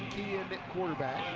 key in at quarterback.